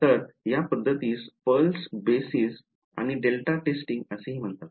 तर या पध्दतीस पल्स बेसिस आणि डेल्टा टेस्टिंग असेही म्हणतात